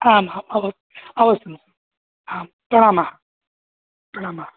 आम् अवश् अवश्यम् आम् प्रणामः प्रणामः